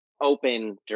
open